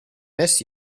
miss